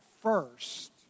first